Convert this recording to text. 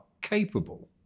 capable